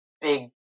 big